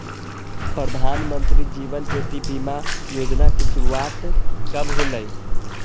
प्रधानमंत्री जीवन ज्योति बीमा योजना की शुरुआत कब होलई